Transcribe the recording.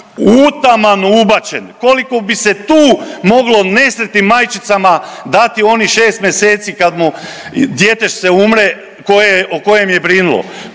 utaman ubačen. Koliko bi se tu moglo nesretnim majčicama dati onih 6 mjeseci kad mu djetešce umre o kojem je brinuo?